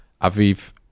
Aviv